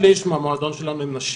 מהמועדון שלנו הם נשים.